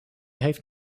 heeft